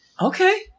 Okay